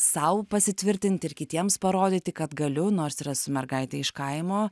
sau pasitvirtint ir kitiems parodyti kad galiu nors ir esu mergaitė iš kaimo